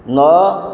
ନଅ